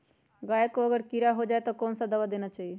गाय को अगर कीड़ा हो जाय तो कौन सा दवा देना चाहिए?